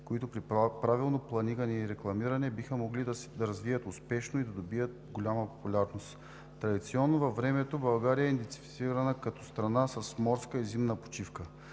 които при правилно планиране и рекламиране биха могли да се развият успешно и да добият голяма популярност. Традиционно във времето България е идентифицирана като страна с морска и зимна почивка.